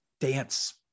dance